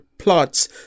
Plots